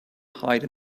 hide